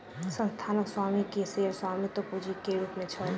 संस्थानक स्वामी के शेयर स्वामित्व पूंजी के रूप में छल